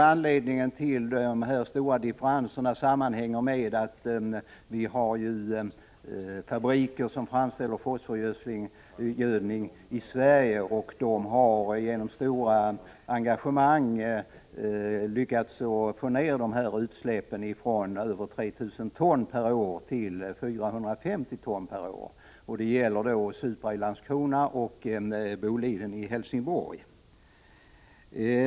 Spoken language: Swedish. Anledningen till den stora differensen är att våra fabriker som framställer fosforgödsel genom stora engagemang har lyckats få ner utsläppen från över — Prot. 1985/86:31 3 000 ton per år till 450 ton per år. Detta gäller Supra i Landskrona och 20november 1985 Boliden i Helsingborg.